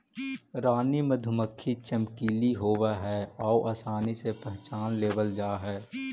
रानी मधुमक्खी चमकीली होब हई आउ आसानी से पहचान लेबल जा हई